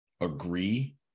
agree